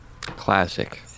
classic